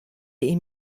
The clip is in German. ihm